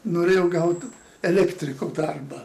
norėjau gauti elektriko darbą